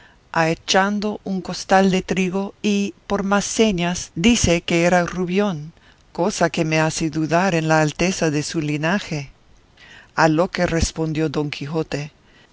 epístola ahechando un costal de trigo y por más señas dice que era rubión cosa que me hace dudar en la alteza de su linaje a lo que respondió don quijote